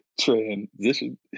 transition